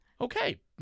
Okay